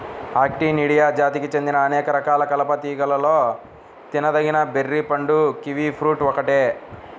Actinidia జాతికి చెందిన అనేక రకాల కలప తీగలలో తినదగిన బెర్రీ పండు కివి ఫ్రూట్ ఒక్కటే